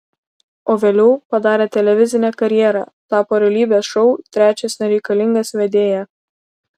o vėliau padarė televizinę karjerą tapo realybės šou trečias nereikalingas vedėja